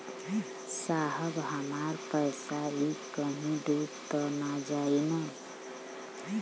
साहब हमार इ पइसवा कहि डूब त ना जाई न?